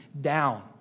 down